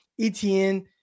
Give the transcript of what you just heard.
ETN